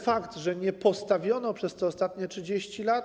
Fakt, że nie postawiono przez te ostatnie 30 lat.